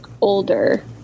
older